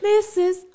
Mrs